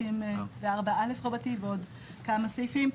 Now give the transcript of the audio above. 34 א' רבתי ועוד כמה סעיפים.